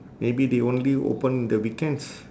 maybe they only open the weekends